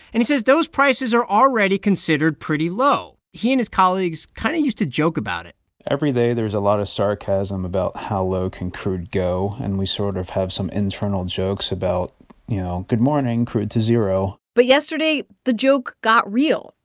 and he says those prices are already considered pretty low. he and his colleagues kind of used to joke about it every day, there's a lot of sarcasm about how low can crude go. and we sort of have some internal jokes about, you know good morning, crude to zero but yesterday, the joke got real.